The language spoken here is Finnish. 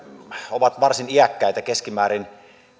ovat varsin iäkkäitä keskimäärin